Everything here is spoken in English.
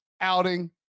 outing